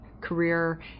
career